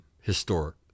historic